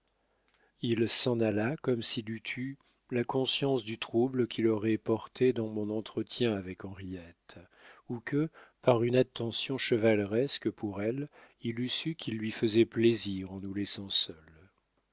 il s'en alla comme s'il eût eu la conscience du trouble qu'il aurait porté dans mon entretien avec henriette ou que par une attention chevaleresque pour elle il eût su qu'il lui faisait plaisir en nous laissant seuls